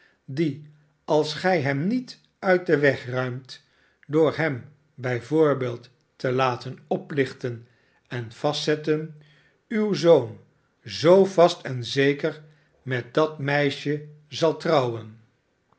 die als gij hem niet uit den weg ruimt door hem bij voorbeeld te laten oplichten en vastzetten uw zoon zoo vast en zeker met dat meisje zal trouwen